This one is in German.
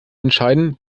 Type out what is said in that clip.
entscheiden